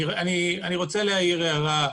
אני רוצה להעיר הערה,